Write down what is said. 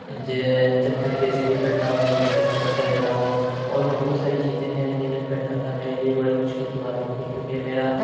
جی یہ جب تک کہ صحیح پینٹ نہ ہو جائے جب تک کہ میں کرتا رہتا ہوں اور بھی بہت ساری چیزیں ہیں جنہیں پینٹ کرنا میرے لیے بڑی مشکل کی بات ہوتی ہے کیوں کہ یہ میرا